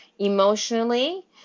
Emotionally